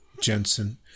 Jensen